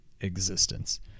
existence